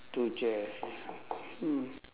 two chair ya mm